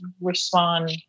respond